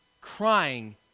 crying